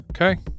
Okay